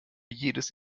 jedes